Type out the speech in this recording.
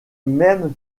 mêmes